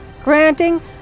granting